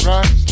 Right